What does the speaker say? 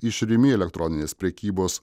iš rimi elektroninės prekybos